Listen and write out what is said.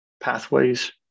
pathways